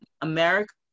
America